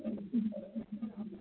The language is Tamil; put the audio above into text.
ம்ம்